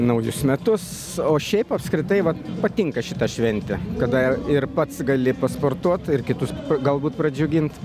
naujus metus o šiaip apskritai vat patinka šita šventė kada ir ir pats gali pasportuot ir kitus p galbūt pradžiugint